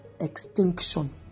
extinction